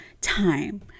time